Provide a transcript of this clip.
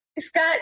Scott